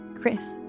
Chris